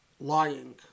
lying